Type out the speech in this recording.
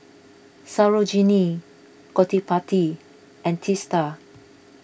Sarojini Gottipati and Teesta